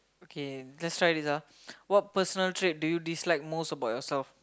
okay let's try this ah what personal trait do you dislike most about yourself